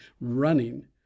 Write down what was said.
running